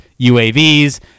UAVs